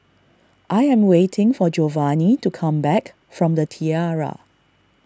I am waiting for Jovanny to come back from the Tiara